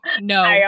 no